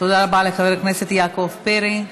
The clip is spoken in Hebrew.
תודה רבה לחבר הכנסת יעקב פרי.